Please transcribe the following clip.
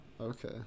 Okay